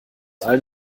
allen